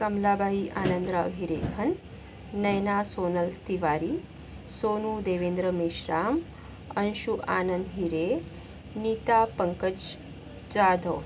Kamlabai Anandrao Hirekhan Naina Sonal Tiwari Sonu Devendra Meshram Anshu Anand Hire Neeta Pankaj Jadhav